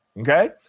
Okay